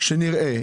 כדי שנראה.